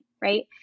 right